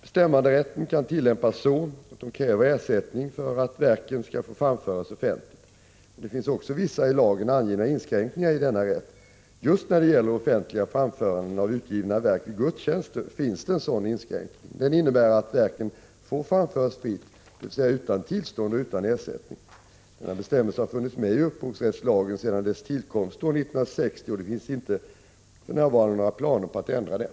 Bestämmanderätten kan tillämpas så att de kräver ersättning för att verken skall få framföras offentligt. Men det finns också vissa i lagen angivna inskränkningar i denna rätt. Just när det gäller offentliga framföranden av utgivna verk vid gudstjänster finns det en sådan inskränkning. Den innebär att verken får framföras fritt, dvs. utan tillstånd och utan ersättning. Denna bestämmelse har funnits med i upphovsrättslagen sedan dess tillkomst år 1960. Det finns för närvarande inte några planer på att ändra den.